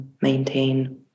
maintain